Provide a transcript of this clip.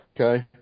Okay